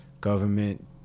Government